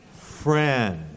friend